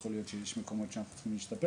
ויכול להיות שיש מקומות שאנחנו צריכים להשתפר